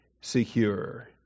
secure